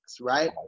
right